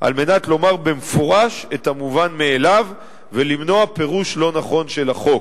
על מנת לומר במפורש את המובן מאליו ולמנוע פירוש לא נכון של החוק.